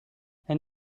elle